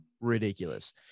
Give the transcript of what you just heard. ridiculous